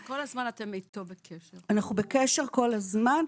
אנחנו בקשר כל הזמן.